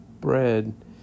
bread